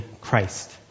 Christ